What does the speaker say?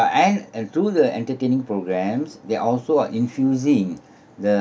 and and through the entertaining programmes they're also are infusing the